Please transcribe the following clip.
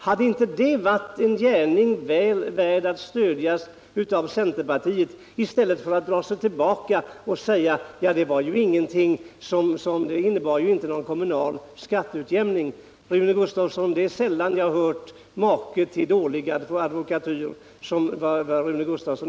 Hade inte det varit en gärning väl värd för centerpartiet att stödja i stället för att säga att förslaget inte innebär någon kommunal skatteutjämning? — Det är sällan jag har hört maken till dålig advokatyr, Rune Gustavsson.